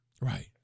Right